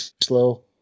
slow